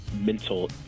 mental